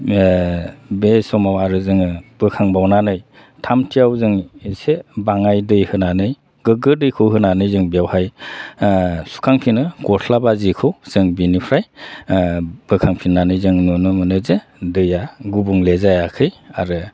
बे समाव आरो जोङो बोखांबावनानै थामथियाव जों एसे बाङाय दै होनानै गोगो दैखौ होनानै जों बेवहाय सुखांफिनो गस्ला बा जिखौ जों बिनिफ्राय बोखांफिननानै जों नुनो मोनो जे दैया गुबुंले जायाखै आरो